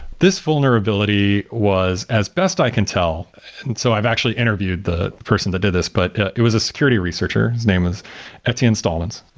this vulnerability was as best i can tell, and so i've actually interviewed the person that did this, but it was a security researcher. his name was etienne stalmans.